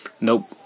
nope